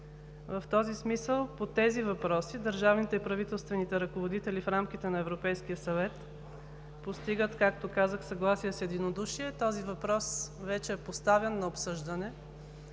В този смисъл по тези въпроси държавните и правителствените ръководители в рамките на Европейския съвет постигат, както казах, съгласие с единодушие. Този въпрос вече е поставян на обсъждане